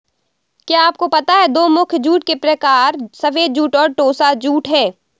क्या आपको पता है दो मुख्य जूट के प्रकार सफ़ेद जूट और टोसा जूट है